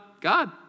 God